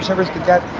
so risk of death,